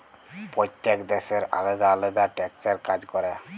প্যইত্তেক দ্যাশের আলেদা আলেদা ট্যাক্সের কাজ ক্যরে